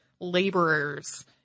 laborers